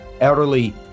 elderly